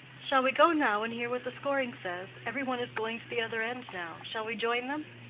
shall we go now and hear what the scoring says? every one is going to the other end now shall we join them?